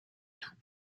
tout